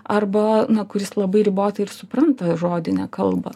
arba na kuris labai ribotai ir supranta žodinę kalbą